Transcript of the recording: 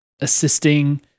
assisting